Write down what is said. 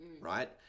right